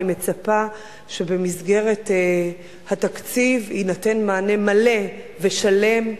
אני מצפה שבמסגרת התקציב יינתן מענה מלא ושלם,